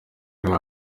ariwe